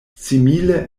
simile